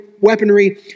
weaponry